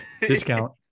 Discount